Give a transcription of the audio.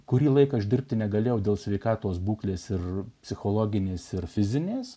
kurį laiką uždirbti negalėjau dėl sveikatos būklės ir psichologinės ir fizinės